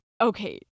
okay